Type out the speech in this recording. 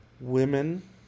Women